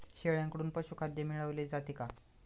शेळ्यांकडून पशुखाद्य मिळवले जाते का?